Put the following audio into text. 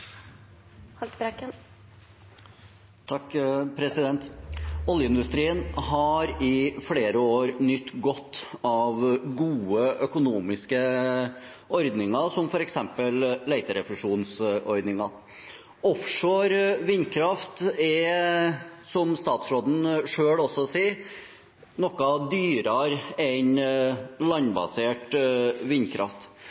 Haltbrekken – til oppfølgingsspørsmål. Oljeindustrien har i flere år nytt godt av gode økonomiske ordninger, som f.eks. leterefusjonsordningen. Offshore vindkraft er, som statsråden også sier selv, noe dyrere enn